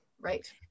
Right